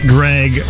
Greg